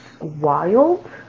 wild